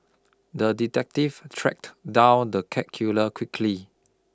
the detective tracked down the cat killer quickly